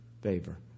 favor